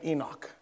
Enoch